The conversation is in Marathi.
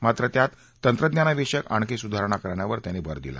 मात्र त्यात तंत्रज्ञानविषयक आणखी सुधारणा करण्यावर त्यांनी भर दिला